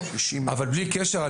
אבל בלי קשר,